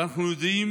ואנחנו יודעים